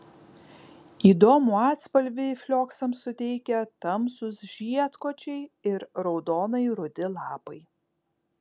įdomų atspalvį flioksams suteikia tamsūs žiedkočiai ir raudonai rudi lapai